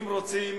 אם רוצים